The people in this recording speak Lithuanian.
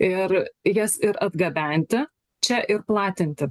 ir jas ir atgabenti čia ir platinti